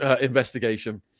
investigation